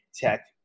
tech